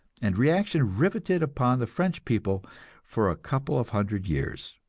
and reaction riveted upon the french people for a couple of hundred years.